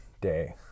day